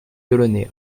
delaunay